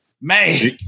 Man